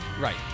right